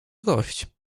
gość